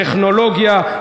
טכנולוגיה,